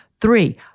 Three